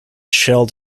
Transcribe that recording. shelled